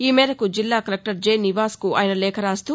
ఈ మేరకి జిల్లా కలెక్టర్ జె నివాస్కు ఆయన లేఖ రాస్తూ